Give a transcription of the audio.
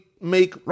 make